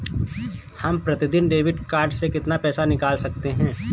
हम प्रतिदिन debit card से कितना पैसा निकाल सकते हैं?